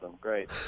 great